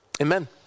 Amen